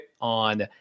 on